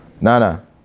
Nana